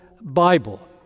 Bible